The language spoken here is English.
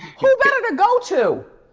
who better to go to?